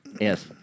Yes